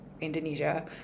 Indonesia